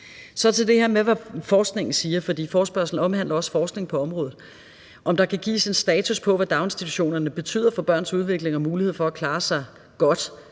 Så til det her med, hvad forskningen siger – for forespørgslen omhandler også forskningen på området – om der kan gives en status på, hvad daginstitutionerne betyder for børns udvikling og mulighed for at klare sig godt